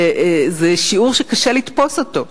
זה שיעור שקשה לתפוס אותו.